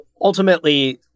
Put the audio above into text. ultimately